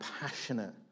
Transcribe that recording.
passionate